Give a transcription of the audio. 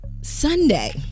Sunday